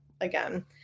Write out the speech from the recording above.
again